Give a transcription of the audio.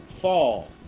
fall